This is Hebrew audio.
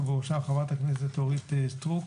ובראשם חברת הכנסת אורית סטרוק.